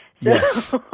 Yes